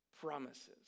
promises